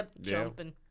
Jumping